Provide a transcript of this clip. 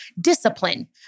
discipline